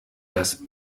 das